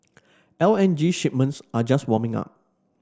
L N G shipments are just warming up